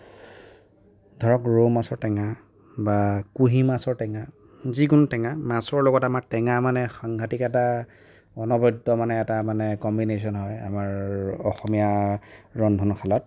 ধৰক ৰৌ মাছৰ টেঙা বা কুঁহি মাছৰ টেঙা যিকোনো টেঙা মাছৰ লগত আমাৰ টেঙা মানে সাংঘাতিক এটা অনবদ্য মানে এটা মানে কমবিনেচন হয় আমাৰ অসমীয়া ৰন্ধনশালত